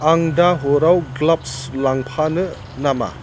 आं दा हराव ग्लाब्स लांफानो नामा